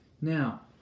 Now